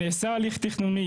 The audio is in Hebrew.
נעשה הליך תכנוני,